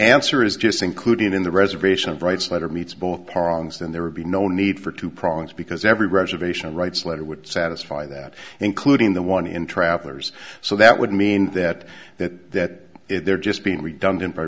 answer is just including in the reservation of rights letter meets both parties then there would be no need for two prongs because every reservation rights letter would satisfy that including the one in travelers so that would mean that that they're just being redundant by